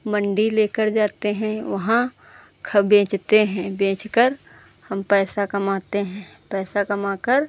मंडी लेकर जाते हैं वहाँ ख बेचते हैं बेचकर हम पैसा कमाते हैं पैसा कमाकर